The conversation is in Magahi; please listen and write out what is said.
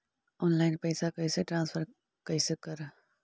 ऑनलाइन पैसा कैसे ट्रांसफर कैसे कर?